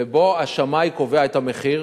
ובו השמאי קובע את המחיר,